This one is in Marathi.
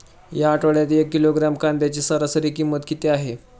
या आठवड्यात एक किलोग्रॅम कांद्याची सरासरी किंमत किती आहे?